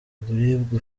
uburibwe